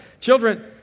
Children